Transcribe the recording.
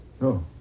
No